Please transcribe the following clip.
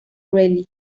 rally